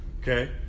okay